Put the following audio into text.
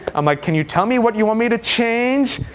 i'm like can you tell me what you want me to change?